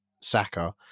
Saka